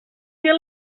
fer